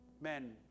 men